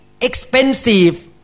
expensive